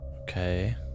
Okay